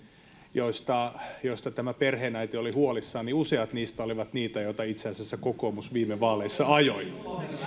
joista joista tämä perheenäiti oli huolissaan useat niistä olivat niitä joita itse asiassa kokoomus viime vaaleissa ajoi